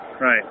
Right